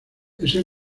ese